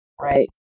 right